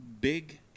big